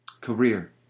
Career